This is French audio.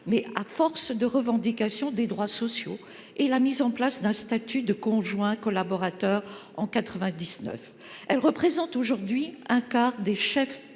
mais à force de revendications, des droits sociaux et la mise en place d'un statut de conjoint collaborateur en 1999. Elles représentent aujourd'hui un quart des chefs